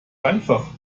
einfach